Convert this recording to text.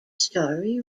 story